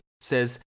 says